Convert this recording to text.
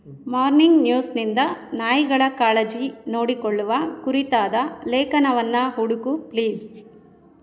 morning ನ್ಯೂಸ್ನಿಂದ ನಾಯಿಗಳ ಕಾಳಜಿ ನೋಡಿಕೊಳ್ಳುವ ಕುರಿತಾದ ಲೇಖನವನ್ನು ಹುಡುಕು ಪ್ಲೀಸ್